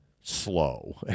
slow